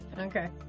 Okay